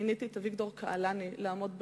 מיניתי את אביגדור קהלני לעמוד בראשו.